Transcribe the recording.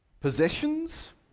possessions